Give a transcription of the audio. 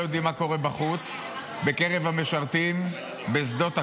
יודעים מה קורה בחוץ בקרב המשרתים בשדות הקרב,